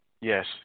Yes